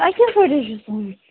تۄہہِ کِتھٕ پٲٹھۍ حظ چھِ سُوٕنۍ